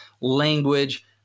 language